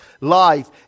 life